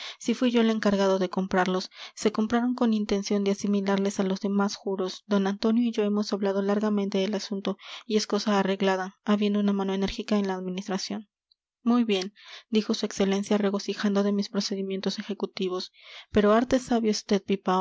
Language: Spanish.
si fui yo el encargado de comprarlos se compraron con intención de asimilarlos a los demás juros d antonio y yo hemos hablado largamente del asunto y es cosa arreglada habiendo una mano enérgica en la administración muy bien dijo su excelencia regocijado de mis procedimientos ejecutivos pero harto sabe